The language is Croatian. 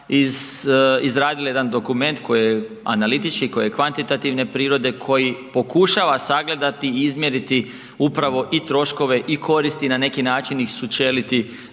izradile jedan dokument koji je analitički, koji je kvantitativne prirode, koji pokušava sagledati, izmjeriti upravo i troškove i koristi na neki način ih sučeliti